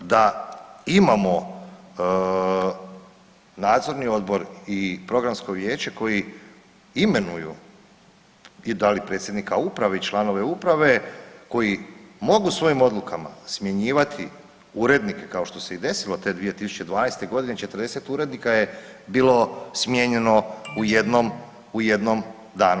Da imamo Nadzorni odbor i Programsko vijeće koji imenuju i da li predsjednika uprave i članove uprave koji mogu svojim odlukama smjenjivati urednike kao što se i desilo te 2012. godine 40 urednika je bilo smijenjeno u jednom danu.